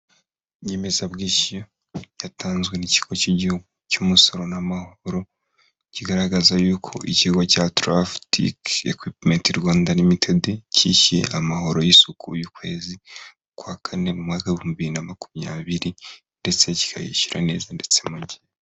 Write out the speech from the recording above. Inyemezabwishyu yatanzwe n'Ikigo k'Igihugu cy'umusoro n'amahoro kigaragaza y'uko ikigo cya Trafftiment Rwanda Ltd cyishyuye amahoro y'isuku y'ukwezi kwa kane mu mwaka w'ibihumbi bibiri na makumyabiri ndetse kikayishyura neza ndetse mu gihe.